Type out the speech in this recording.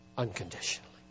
Unconditionally